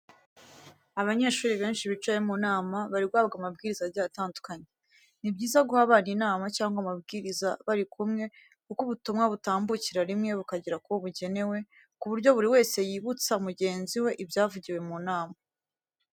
Abanyeshuri benshi bicaye mu nama, bari guhabwa amabwiriza agiye atandukanye. Ni byiza guha abana inama cyangwa amabwiriza bari kumwe kuko ubutumwa butambukira rimwe bukagera kubo bugenewe, ku buryo buri wese yibutsa mugenzi we ibyavugiwe mu nama.